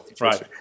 right